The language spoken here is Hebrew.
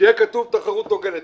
שיהיה כתוב "תחרות הוגנת".